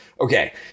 Okay